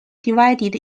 divided